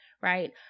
right